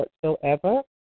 whatsoever